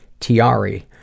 Tiari